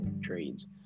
trades